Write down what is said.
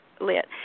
lit